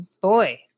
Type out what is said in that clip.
boy